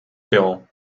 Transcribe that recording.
ferrand